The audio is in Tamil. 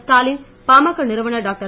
ஸ்டாலின் பாமக நிறுவனர் டாக்டர்